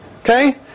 Okay